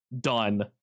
done